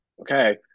okay